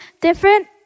different